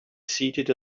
seated